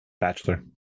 Bachelor